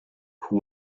who